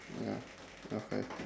ya okay